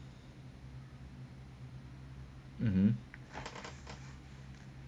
mmhmm